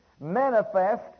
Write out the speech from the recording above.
manifest